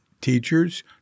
teachers